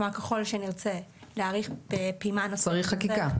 כלומר ככל שנרצה להאריך בפעימה נוספת -- צריך חקיקה.